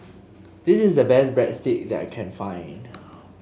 this is the best Breadstick that I can find